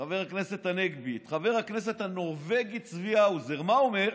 שחבר הכנסת הנורבגי צבי האוזר, מה הוא אומר?